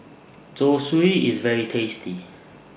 Zosui IS very tasty